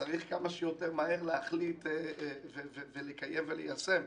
וצריך כמה שיותר מהר להחליט, לקיים וליישם.